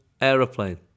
aeroplane